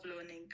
learning